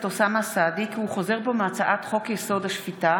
אוסאמה סעדי כי הוא חוזר בו מהצעת חוק-יסוד: השפיטה